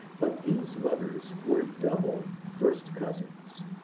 but these lovers were double first cousins,